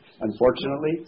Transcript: unfortunately